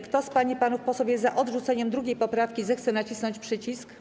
Kto z pań i panów posłów jest za odrzuceniem 2. poprawki, zechce nacisnąć przycisk.